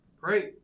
Great